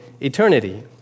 eternity